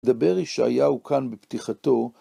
דבר ישעיהו כאן בפתיחתו.